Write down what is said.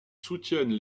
soutiennent